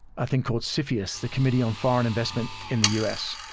i think called cfius, the committee on foreign investment in the u s.